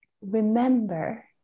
remember